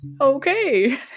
Okay